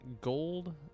gold